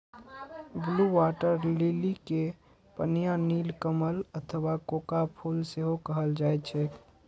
blue water lily कें पनिया नीलकमल अथवा कोका फूल सेहो कहल जाइ छैक